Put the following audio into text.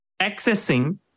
accessing